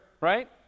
right